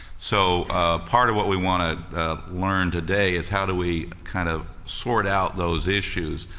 so part of what we want to learn today is how do we kind of sort out those issues,